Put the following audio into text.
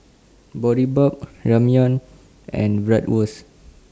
Boribap Ramyeon and Bratwurst